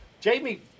Jamie